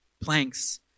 Planks